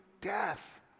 death